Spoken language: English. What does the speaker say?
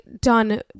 done